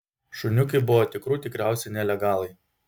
šuniukai buvo tikrų tikriausi nelegalai